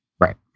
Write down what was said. Right